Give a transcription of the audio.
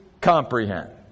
comprehend